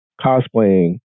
cosplaying